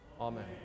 Amen